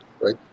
Right